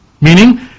meaning